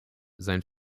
sein